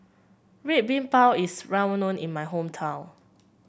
Red Bean Bao is well known in my hometown